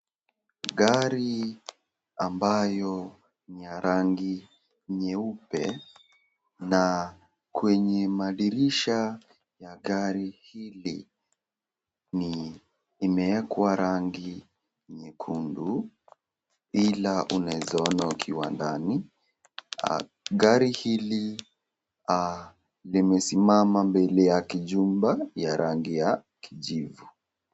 Gari ambayo ni ya rangi nyeupe, na kwenye madirisha ya gari hili ni imewekwa rangi nyekundu, ila unawezaona ukiwa ndani. Gari hili limesimama mbele ya kijumba ya rangi ya kijivu.